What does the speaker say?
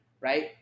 right